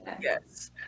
yes